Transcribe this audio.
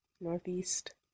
Northeast